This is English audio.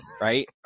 Right